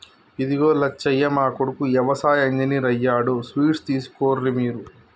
ఇదిగో లచ్చయ్య మా కొడుకు యవసాయ ఇంజనీర్ అయ్యాడు స్వీట్స్ తీసుకోర్రి మీరు